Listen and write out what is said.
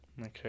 Okay